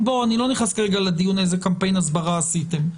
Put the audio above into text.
אני לא נכנס כרגע לדיון איזה קמפיין הסברה עשיתם.